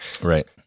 Right